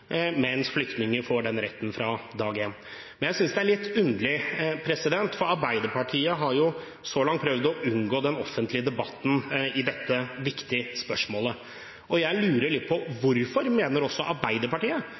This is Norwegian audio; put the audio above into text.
mens flyktninger får den retten fra dag én. Jeg synes det er litt underlig: Arbeiderpartiet har jo så langt prøvd å unngå den offentlige debatten i dette viktige spørsmålet. Jeg lurer litt på hvorfor Arbeiderpartiet